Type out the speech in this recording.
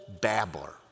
babbler